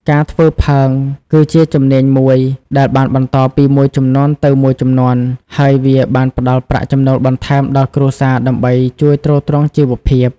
ការធ្វើផើងគឺជាជំនាញមួយដែលបានបន្តពីមួយជំនាន់ទៅមួយជំនាន់ ហើយវាបានផ្តល់ប្រាក់ចំណូលបន្ថែមដល់គ្រួសារដើម្បីជួយទ្រទ្រង់ជីវភាព។